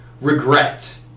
REGRET